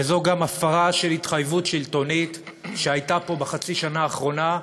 וזו גם הפרה של התחייבות שלטונית שהייתה פה בחצי השנה האחרונה: